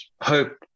hope